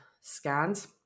scans